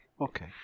okay